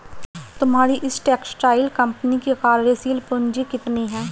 तुम्हारी इस textile company की कार्यशील पूंजी कितनी है?